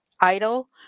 idle